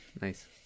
Nice